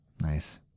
Nice